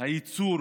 הייצור